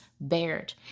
bared